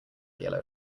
yellow